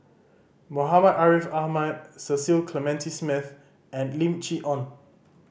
Muhammad Ariff Ahmad Cecil Clementi Smith and Lim Chee Onn